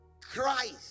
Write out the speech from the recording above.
Christ